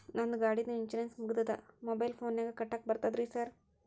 ನಂದ್ ಗಾಡಿದು ಇನ್ಶೂರೆನ್ಸ್ ಮುಗಿದದ ಮೊಬೈಲ್ ಫೋನಿನಾಗ್ ಕಟ್ಟಾಕ್ ಬರ್ತದ ಹೇಳ್ರಿ ಸಾರ್?